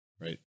Right